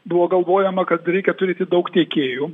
buvo galvojama kad reikia turėti daug tiekėjų